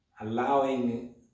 allowing